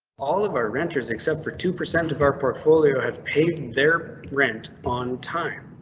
all of our renters, except for two percent of our portfolio have paid their rent on time.